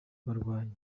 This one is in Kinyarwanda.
barwanyi